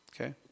Okay